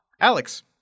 Alex